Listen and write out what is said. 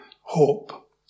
hope